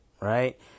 right